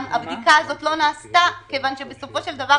והבדיקה הזאת לא נעשתה כיוון שבסופו של דבר